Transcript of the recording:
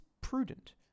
prudent